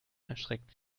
erschreckt